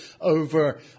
over